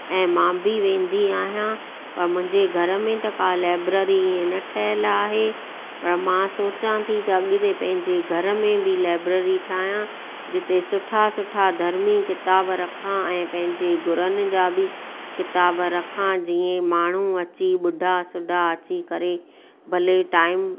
ऐं मां बि वेंदी आहियां पर मुंहिंजे घर में त का लाइबरेरी इहे न ठहियलु आहे पर मां सोचा थी त अॻिते पंहिंजे घर में बि लाइबरेरी ठाहियां जिते सुठा सुठा धर्मी किताब रखां ऐं पंहिंजे गुरुनि जा बि किताब रखां जीअं माण्हू अची ॿुढा सुढा अची करे भले टाइम